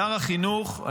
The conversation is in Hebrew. שר החינוך,